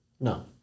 No